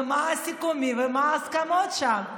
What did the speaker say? ומה הסיכומים ומה ההסכמות שם?